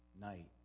night